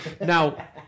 now